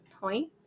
point